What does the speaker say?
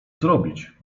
zrobić